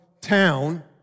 town